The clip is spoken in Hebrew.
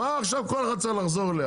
מה עכשיו כל אחד צריך לחזור אליה,